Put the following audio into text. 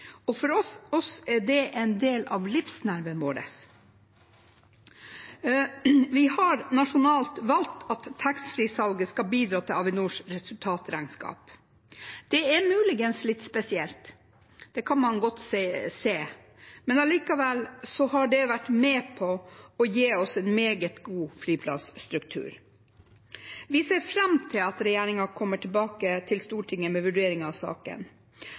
og for oss er det en del av livsnerven vår. Vi har nasjonalt valgt at taxfree-salget skal bidra til Avinors resultatregnskap. Det er muligens litt spesielt, det kan man godt se, men allikevel har det vært med på å gi oss en meget god flyplasstruktur. Vi ser fram til at regjeringen kommer tilbake til Stortinget med en vurdering av saken,